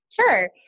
Sure